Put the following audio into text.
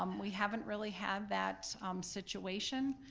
um we haven't really had that situation,